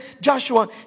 Joshua